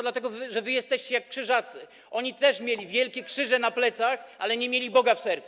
Dlatego że wy jesteście jak Krzyżacy, oni też mieli wielkie krzyże na plecach, ale nie mieli Boga w sercu.